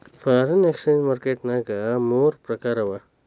foreign exchange market ನ್ಯಾಗ ಮೂರ್ ಪ್ರಕಾರವ